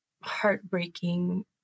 heartbreaking